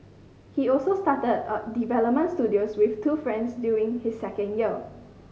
he also started a development studio with two friends during his second year